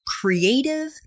creative